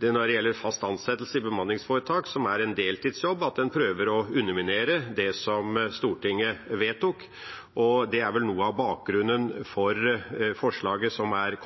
når det gjelder fast ansettelse i bemanningsforetak, som gjelder en deltidsjobb, prøver en å underminere det som Stortinget vedtok. Det er vel noe av bakgrunnen for forslaget som er